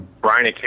Brian